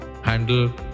handle